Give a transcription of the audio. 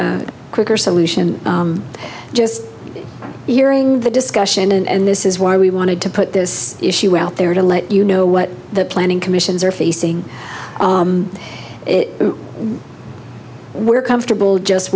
a quicker solution just hearing the discussion and this is why we wanted to put this issue out there to lay you know what the planning commissions are facing we're comfortable just